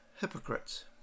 hypocrites